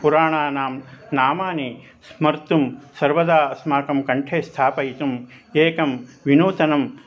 पुराणानां नामानि स्मर्तुं सर्वदा अस्माकं कण्ठे स्थापयितुम् एकं विनूतनं